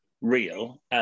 real